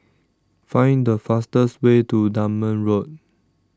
find the fastest way to Dunman Road